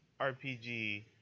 RPG